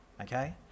Okay